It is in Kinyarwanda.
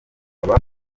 akaba